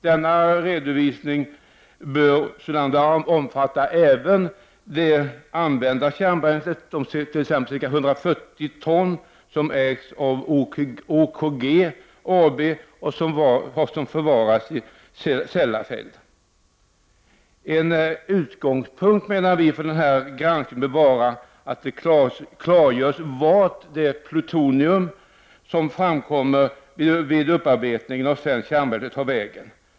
Denna redovisning bör sålunda omfatta även det använda kärnbränslet, exempelvis de 140 ton som ägs av OKG AB och som förvaras i Sellafield. En utgångspunkt för granskningen bör vara att klargöra vart det plutonium som framkommer vid upparbetning av svenskt kärnbränsle tar vägen.